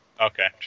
Okay